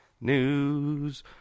News